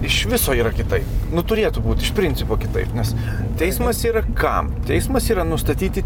iš viso yra kitaip turėtų būt iš principo kitaip nes teismas yra kam teismas yra nustatyti